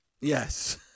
Yes